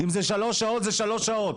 אם זה שלוש שעות, זה שלוש שעות.